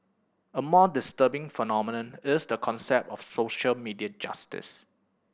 a more disturbing phenomenon is the concept of social media justice